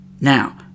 Now